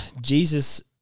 Jesus